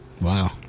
Wow